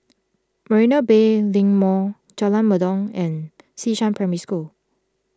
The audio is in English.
Marina Bay Link Mall Jalan Mendong and Xishan Primary School